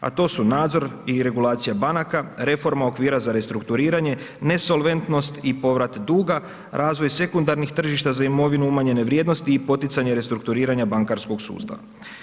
A to su nadzor i regulacija banaka, reforma okvira za restrukturiranje, nesolventnost i povrat duga, razvoj sekundarnih tržišta za imovinu umanjene vrijednosti i poticanje restrukturiranja bankarskog sustava.